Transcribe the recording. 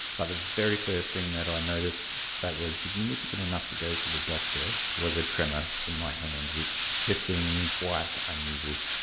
but the very first thing that i noticed that was significant enough to go to the doctor was a tremor in my hand which just seemed quite unusual.